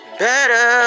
better